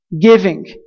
giving